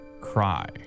cry